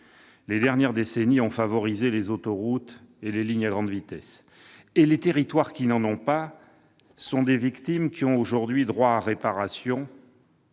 Les dernières décennies ont favorisé les autoroutes et les lignes à grande vitesse ; les territoires qui en sont dépourvus sont des victimes qui, à ce titre, ont aujourd'hui droit à la réparation